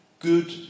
good